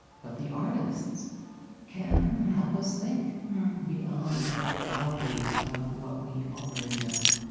but the artists can help us think beyond the boundaries of what we already know.